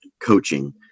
coaching –